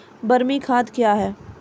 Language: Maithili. बरमी खाद कया हैं?